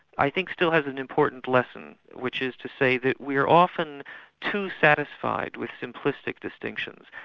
i think still has an important lesson, which is to say that we're often too satisfied with simplistic distinctions,